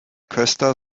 köster